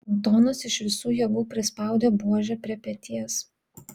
antonas iš visų jėgų prispaudė buožę prie peties